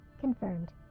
Confirmed